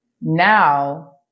Now